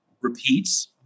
repeats